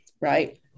right